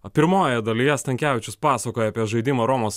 o pirmojoje dalyje stankevičius pasakoja apie žaidimą romos